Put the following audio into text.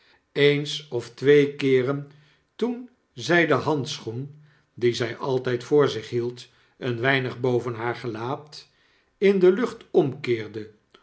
eens of twee keeren toen zy den handschoen dien zij altyd voor zich hield een weinig boven haar gelaat in de lucht omkeerde